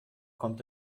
kommt